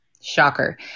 Shocker